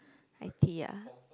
i_t ya